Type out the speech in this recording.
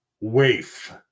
waif